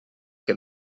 que